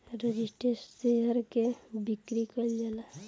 registered share के बिक्री कईल जाला